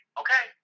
okay